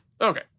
Okay